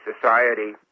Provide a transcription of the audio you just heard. society